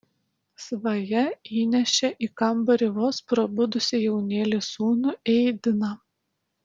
svaja įnešė į kambarį vos prabudusį jaunėlį sūnų eidiną